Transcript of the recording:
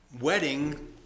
wedding